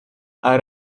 are